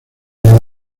del